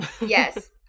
Yes